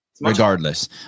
regardless